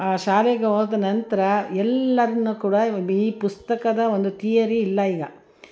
ಶಾಲೆಗೆ ಹೋದ ನಂತರ ಎಲ್ಲದನ್ನ ಕೂಡ ಈವಾಗ ಬಿ ಪುಸ್ತಕದ ಒಂದು ಥಿಯರಿ ಇಲ್ಲ ಈಗ